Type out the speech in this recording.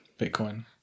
Bitcoin